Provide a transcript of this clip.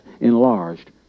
enlarged